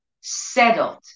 settled